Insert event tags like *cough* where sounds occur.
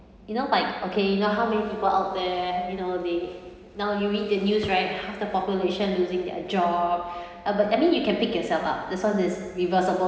you know like okay you know how many people out there you know they now you read the news right *noise* half the population losing their job uh but I mean you can pick yourself up this one is reversible